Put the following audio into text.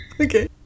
Okay